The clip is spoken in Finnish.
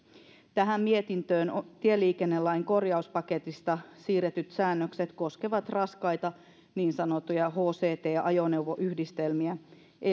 tähän mietintöön tieliikennelain korjauspaketista siirretyt säännökset koskevat raskaita niin sanottuja hct ajoneuvoyhdistelmiä